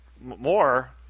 More